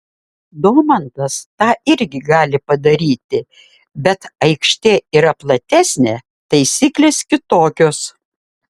domantas tą irgi gali padaryti bet aikštė yra platesnė taisyklės kitokios